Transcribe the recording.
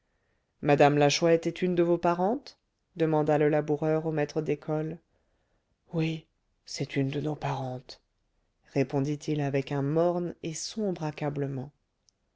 la chouette est une de vos parentes demanda le laboureur au maître d'école oui c'est une de nos parentes répondit-il avec un morne et